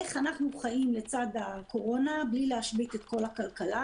איך אנחנו חיים לצד הקורונה בלי להשבית את כל הכלכלה,